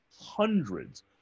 hundreds